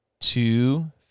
two